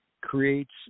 creates